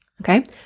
Okay